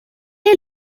est